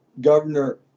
Governor